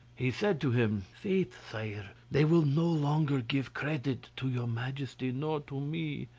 he said to him faith, sire, they will no longer give credit to your majesty nor to me,